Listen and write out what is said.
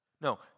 No